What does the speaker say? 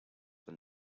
when